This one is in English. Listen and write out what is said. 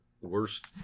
Worst